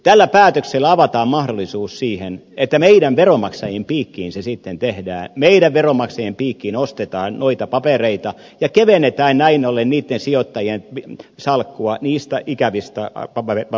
tällä päätöksellä avataan mahdollisuus siihen että meidän veronmaksajiemme piikkiin se sitten tehdään meidän veronmaksajiemme piikkiin ostetaan noita papereita ja kevennetään näin ollen niitten sijoittajien salkkuja niistä ikävistä papereista pois